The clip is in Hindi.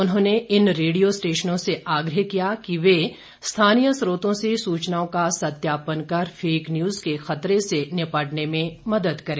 उन्होंने इन रेडियो स्टेशनों से आग्रह किया कि वे स्थानीय स्रोतों से सूचनाओं का सत्यापन कर फेक न्यूज के खतरे से निपटने में मदद करें